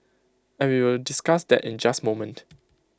and we will discuss that in just moment